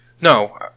no